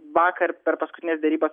vakar per paskutines derybas